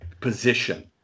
position